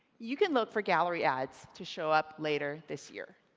you can look for gallery ads to show up later this year.